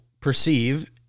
perceive